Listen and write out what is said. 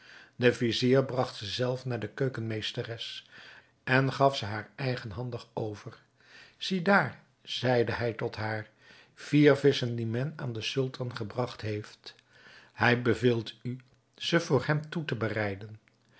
de vizier bragt ze zelf naar de keukenmeesteres en gaf ze haar eigenhandig over ziedaar zeide hij tot haar vier visschen die men aan den sultan gebragt heeft hij beveelt u ze voor hem toe te bereiden